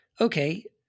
okay